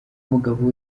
umugabo